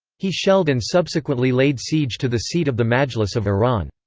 he shelled and subsequently laid siege to the seat of the majlis of iran.